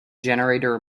generator